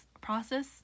process